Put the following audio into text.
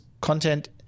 content